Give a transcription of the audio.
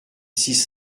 six